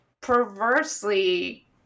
perversely